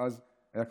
שאז היה קשה.